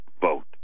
vote